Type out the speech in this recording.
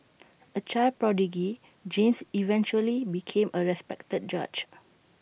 A child prodigy James eventually became A respected judge